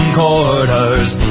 quarters